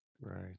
Right